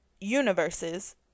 universes